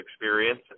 experience